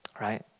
right